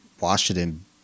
Washington